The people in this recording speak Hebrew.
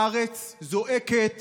הארץ זועקת